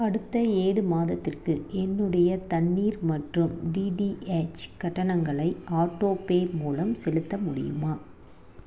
அடுத்த ஏழு மாதத்திற்கு என்னுடைய தண்ணீர் மற்றும் டிடிஹெச் கட்டணங்களை ஆட்டோபே மூலம் செலுத்த முடியுமா